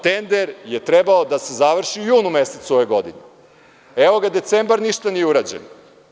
Taj tender je trebao da se završi u junu mesecu ove godine, evo ga decembar ništa nije urađeno.